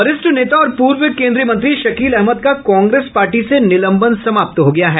वरिष्ठ नेता और पूर्व केंद्रीय मंत्री शकील अहमद का कांग्रेस पार्टी से निलंबन समाप्त हो गया है